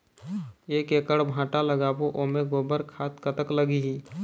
एक एकड़ भांटा लगाबो ओमे गोबर खाद कतक लगही?